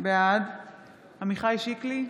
בעד עמיחי שיקלי,